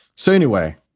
so anyway,